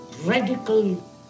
radical